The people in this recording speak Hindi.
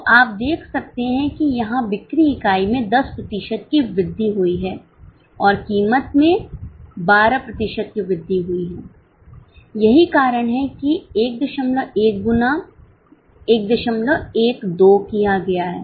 तो आप देख सकते हैं कि यहां बिक्री इकाई में 10 प्रतिशत की वृद्धि हुई है और कीमत में 12 प्रतिशत की वृद्धि हुई है यही कारण है कि 11 गुना 112 किया गया है